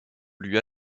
lui